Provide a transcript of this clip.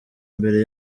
mbere